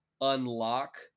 unlock